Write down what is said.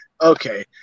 okay